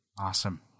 Awesome